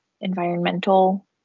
environmental